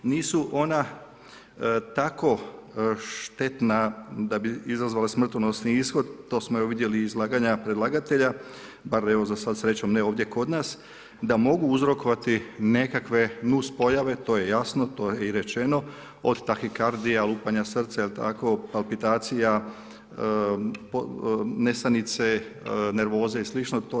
Nisu ona tako štetna da bi izazvala smrtonosni ishod, to smo evo vidjeli izlaganja predlagatelja, bar evo za sad srećom ne ovdje kod nas, da mogu uzrokovati nekakve nuspojave to je jasno, to je i rečeno, od tahikardija, lupanja srca 'jel tako, palpitacija, nesanice, nervoze i slično.